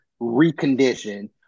recondition